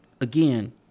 again